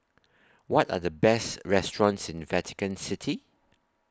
What Are The Best restaurants in Vatican City